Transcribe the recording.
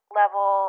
level